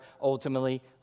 ultimately